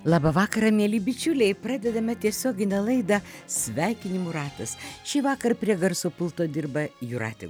labą vakarą mieli bičiuliai pradedame tiesioginę laidą sveikinimų ratas šįvakar prie garso pulto dirba jūratė